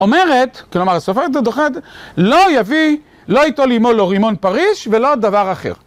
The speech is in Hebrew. אומרת, כלומר …, לא יביא, לא ייטול עימו לו רימון פריש ולא דבר אחר.